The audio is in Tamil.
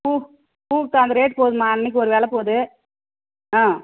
பூ பூவுக்கு அந்த ரேட் போகுதுமா அன்னைக்கு ஒரு விலபோது ஆ